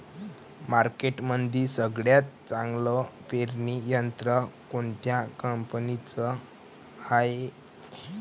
मार्केटमंदी सगळ्यात चांगलं पेरणी यंत्र कोनत्या कंपनीचं हाये?